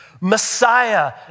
Messiah